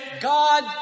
God